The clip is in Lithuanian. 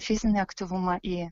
fizinį aktyvumą į